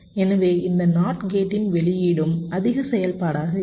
எனவே இந்த NOT கேட்டின் வெளியீடும் அதிக செயல்பாடாக இருக்கும்